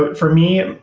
but for me,